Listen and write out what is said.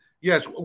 Yes